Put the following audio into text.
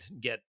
get